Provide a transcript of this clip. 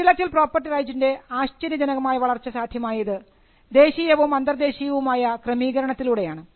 intellectual property റൈറ്റിൻറെ ആശ്ചര്യജനകമായ വളർച്ച സാധ്യമായത് ദേശീയവും അന്തർദേശീയവുമായ ക്രമീകരണത്തിലൂടെ ആണ്